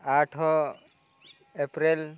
ଆଠ ଏପ୍ରିଲ